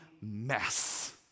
mess